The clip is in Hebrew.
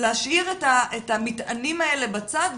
להשאיר את המטענים האלה בצד,